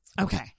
Okay